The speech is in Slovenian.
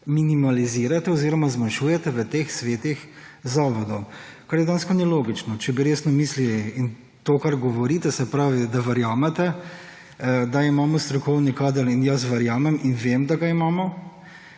minimalizirate oziroma zmanjšujete v teh svetih zavodov, kar dejansko ni logično. Če bi resno mislili in to, kar govorite, se pravi, da verjamete, da imamo strokovni kader, in jaz verjamem in vem, da ga imamo,